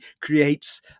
creates